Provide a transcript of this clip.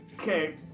Okay